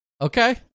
okay